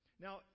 Now